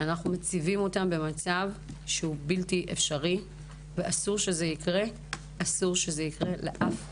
אנחנו מציבים אותן בנשים שהוא בלתי-אפשרי ואסור שזה יקרה לאף אחת.